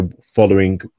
following